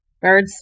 birds